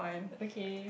okay